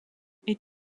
est